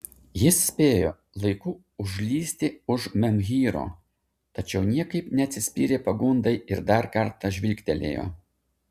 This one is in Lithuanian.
jis spėjo laiku užlįsti už menhyro tačiau niekaip neatsispyrė pagundai ir dar kartą žvilgtelėjo